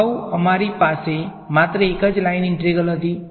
અગાઉ અમારી પાસે માત્ર એક જ લાઇન ઇન્ટિગ્રલ હતી